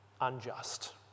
unjust